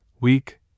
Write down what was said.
weak